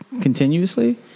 continuously